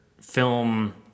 film